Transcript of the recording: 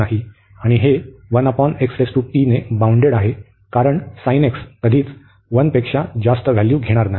आणि हे ने बाउंडेड आहे कारण कधीच 1 पेक्षा जास्त व्हॅल्यू घेणार नाही